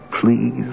Please